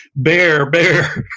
bear! bear!